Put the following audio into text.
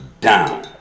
down